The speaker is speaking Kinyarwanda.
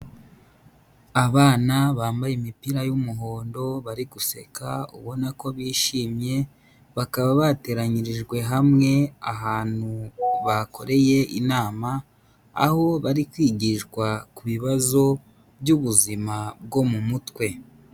Abana bambaye imipira y'umuhondo bari guseka, ubona ko bishimye, bakaba bateranyirijwe hamwe ahantu bakoreye inama, aho bari kwigishwa ku bibazo by'ubuzima bwo mu mutwe.